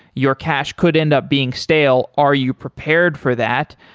your cache could end up being stale. are you prepared for that?